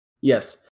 Yes